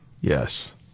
Yes